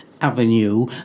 Avenue